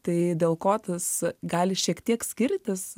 tai dėl ko tas gali šiek tiek skirtis